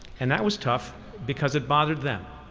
and that was tough because it bothered them.